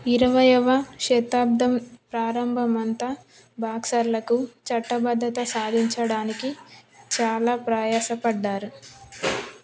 ఇరవయ్యవ శతాబ్దం ప్రారంభమంతా బాక్సర్లకు చట్టబద్ధత సాధించడానికి చాలా ప్రయాస పడ్డారు